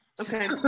okay